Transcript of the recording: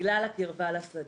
בגלל הקרבה לשדה.